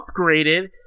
upgraded